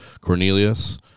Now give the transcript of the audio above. Cornelius